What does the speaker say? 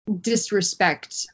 disrespect